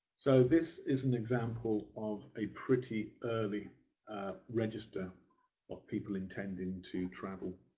so this is an example of a pretty early register of people intending to travel.